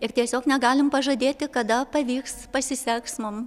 ir tiesiog negalim pažadėti kada pavyks pasiseks mum